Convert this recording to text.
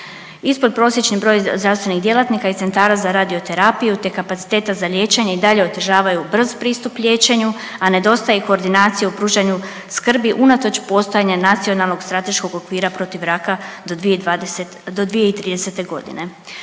Ispodprosječni broj zdravstvenih djelatnika i centara za radioterapiju te kapaciteta za liječenje i dalje otežavaju brz pristup liječenju, a nedostaje i koordinacije u pružanju skrbi unatoč postojanja nacionalnog strateškog okvira protiv raka do 2030. godine.